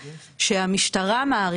ואנחנו כן עדים